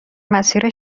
مسیر